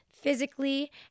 physically